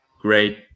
great